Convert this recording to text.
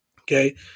Okay